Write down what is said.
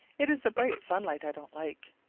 it is the bright sunlight i don't like.